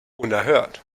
unerhört